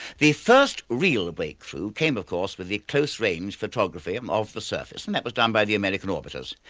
the first real breakthrough came of course with the close range photography um of the surface, and that was done by the american orbiters.